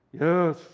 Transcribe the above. Yes